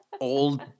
old